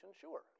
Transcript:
sure